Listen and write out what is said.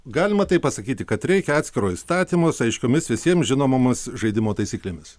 galima taip pasakyti kad reikia atskiro įstatymo su aiškiomis visiem žinomomis žaidimo taisyklėmis